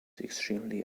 extremely